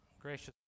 Gracious